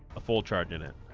a full chart in it